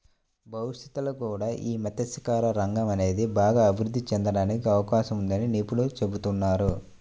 భవిష్యత్తులో కూడా యీ మత్స్యకార రంగం అనేది బాగా అభిరుద్ధి చెందడానికి అవకాశం ఉందని నిపుణులు చెబుతున్నారు